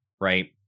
right